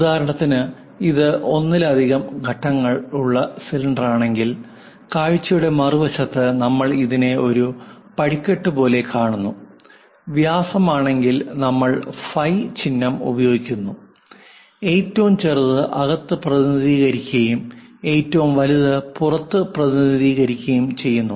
ഉദാഹരണത്തിന് ഇത് ഒന്നിലധികം ഘട്ടങ്ങളുള്ള സിലിണ്ടറാണെങ്കിൽ കാഴ്ചയുടെ മറുവശത്ത് നമ്മൾ ഇതിനെ ഒരു പടികെട്ടു പോലെ കാണുന്നു വ്യാസം ആണെങ്കിൽ നമ്മൾ ഫൈ ചിഹ്നം ഉപയോഗിക്കുന്നു ഏറ്റവും ചെറിയത് അകത്ത് പ്രതിനിധീകരിക്കുകയും ഏറ്റവും വലുത് പുറത്ത് പ്രതിനിധീകരിക്കുകയും ചെയ്യുന്നു